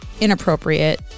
inappropriate